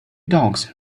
dogs